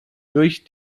durch